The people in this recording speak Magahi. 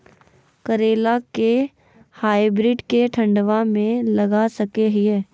करेला के हाइब्रिड के ठंडवा मे लगा सकय हैय?